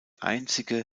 einzige